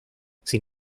sin